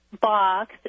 box